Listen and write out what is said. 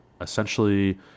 essentially